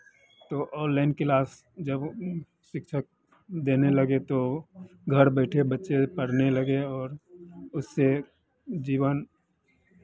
तो online class जब शिक्षक देने लगे तो घर बैठे बच्चे पढ़ने लगे और उससे जीवन